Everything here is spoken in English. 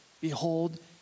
Behold